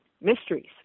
mysteries